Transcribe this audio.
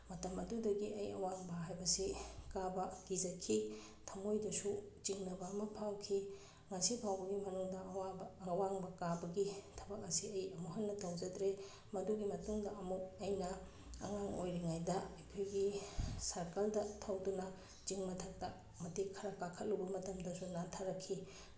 ꯃꯇꯝ ꯑꯗꯨꯗꯒꯤ ꯑꯩ ꯑꯋꯥꯡꯕ ꯍꯥꯏꯕꯁꯤ ꯀꯥꯕ ꯀꯤꯖꯈꯤ ꯊꯃꯣꯏꯗꯁꯨ ꯆꯤꯡꯅꯕ ꯑꯃ ꯐꯥꯎꯈꯤ ꯉꯁꯤ ꯐꯥꯎꯕꯒꯤ ꯃꯅꯨꯡꯗ ꯑꯋꯥꯡꯕ ꯀꯥꯕꯒꯤ ꯊꯕꯛ ꯑꯁꯤ ꯑꯩ ꯑꯃꯨꯛ ꯍꯟꯅ ꯇꯧꯖꯗ꯭ꯔꯦ ꯃꯗꯨꯒꯤ ꯃꯇꯨꯡꯗ ꯑꯃꯨꯛ ꯑꯩꯅ ꯑꯉꯥꯡ ꯑꯣꯏꯔꯤꯉꯩꯗ ꯑꯩꯈꯣꯏꯒꯤ ꯁꯥꯏꯀꯜꯗ ꯊꯧꯗꯨꯅ ꯆꯤꯡ ꯃꯊꯛꯇ ꯃꯇꯦꯛ ꯈꯔ ꯀꯥꯈꯠꯂꯨꯕ ꯃꯇꯝꯗꯁꯨ ꯅꯥꯟꯊꯔꯛꯈꯤ